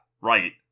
right